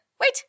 wait